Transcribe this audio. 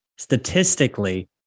statistically